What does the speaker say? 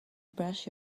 brush